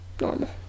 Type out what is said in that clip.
normal